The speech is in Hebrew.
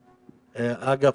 אגב,